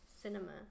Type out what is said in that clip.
cinema